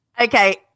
Okay